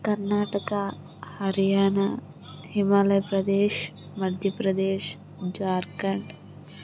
Karnataka Haryana హిమాలయప్రదేశ్ Madhya Pradesh Jharkhand